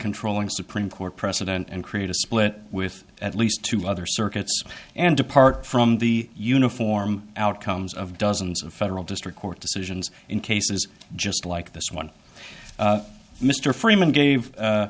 controlling supreme court precedent and create a split with at least two other circuits and depart from the uniform outcomes of dozens of federal district court decisions in cases just like this one mr freeman gave